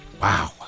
Wow